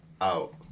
out